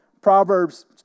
Proverbs